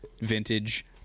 vintage